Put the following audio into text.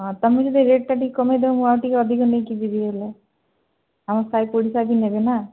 ହଁ ତୁମେ ଯଦି ରେଟଟା ଟିକେ କମେଇଦେବ ମୁଁ ଆଉ ଟିକେ ଅଧିକ ନେଇକି ଯିବି ହେଲେ ଆମ ସାଇ ପଡ଼ିଶା ବି ନେବେ ନା